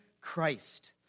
Christ